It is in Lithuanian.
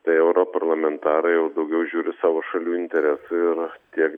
tai europarlamentarai jau daugiau žiūri savo šalių interesų ir tie